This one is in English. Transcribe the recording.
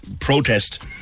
protest